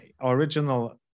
original